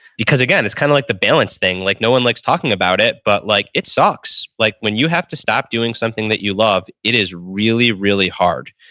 because again, it's kind of like the balance thing, like no one likes talking about it, but like it sucks. like when you have to stop doing something that you love, it is really, really hard.